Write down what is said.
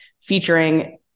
featuring